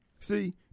See